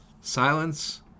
Silence